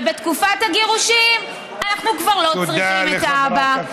ובתקופת הגירושים אנחנו כבר לא צריכים את האבא.